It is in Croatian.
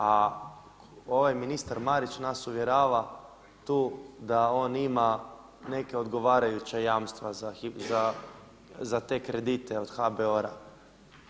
A ovaj ministar Marić nas uvjerava tu da on ima neka odgovarajuća jamstva za te kredite od HBOR-a.